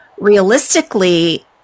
realistically